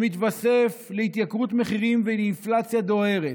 שמתווסף להתייקרות מחירים ולאינפלציה דוהרת,